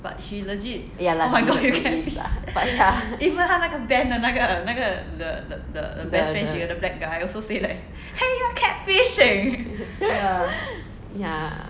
ya lah but lah ya